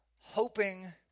hoping